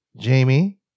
Jamie